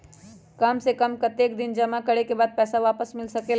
काम से कम कतेक दिन जमा करें के बाद पैसा वापस मिल सकेला?